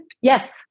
Yes